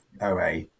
OA